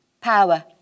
power